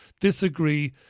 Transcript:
disagree